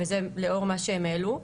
וזה לאור מה שהם העלו,